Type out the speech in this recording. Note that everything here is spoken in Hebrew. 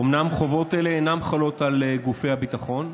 אומנם חובות אלה אינן חלות על גופי הביטחון,